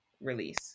release